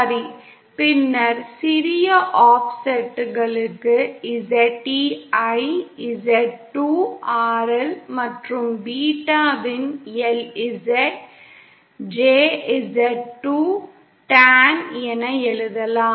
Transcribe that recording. சரி பின்னர் சிறிய ஆஃப்செட்டுகளுக்கு ZE ஐ Z2 RL மற்றும் பீட்டாவின் LZ JZ2 டான் என எழுதலாம்